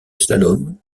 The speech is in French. slalom